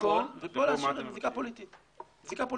ופה להשאיר זיקה פוליטית ככה.